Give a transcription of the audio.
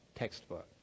textbook